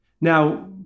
Now